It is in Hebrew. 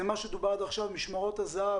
משמרות הזה"ב,